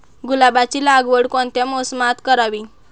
गुलाबाची लागवड कोणत्या मोसमात करावी?